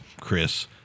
Chris